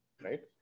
right